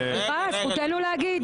זכותנו להגיד,